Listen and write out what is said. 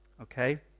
okay